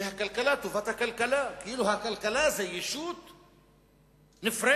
זה לטובת הכלכלה, כאילו הכלכלה היא ישות נפרדת,